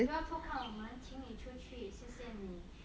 不要偷看我们请你出去谢谢你